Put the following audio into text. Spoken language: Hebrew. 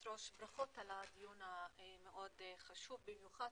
תודה היושבת-ראש, ברכות על הדיון החשוב, במיוחד